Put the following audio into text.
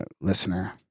Listener